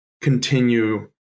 continue